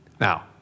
Now